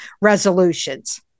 resolutions